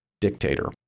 dictator